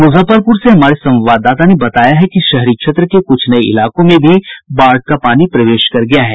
मुजफ्फरपुर से हमारे संवाददाता ने बताया है कि शहरी क्षेत्र के कुछ नये इलाकों में भी बाढ़ का पानी प्रवेश कर गया है